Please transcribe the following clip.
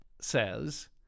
says